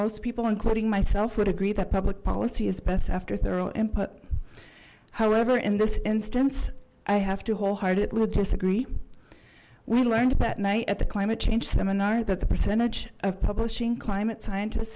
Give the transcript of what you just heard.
most people including myself would agree that public policy is best after thorough input however in this instance i have to wholeheartedly disagree we learned that night at the climate change seminar that the percentage of publishing climate scientists